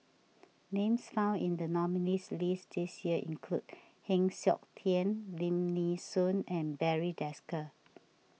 names found in the nominees' list this year include Heng Siok Tian Lim Nee Soon and Barry Desker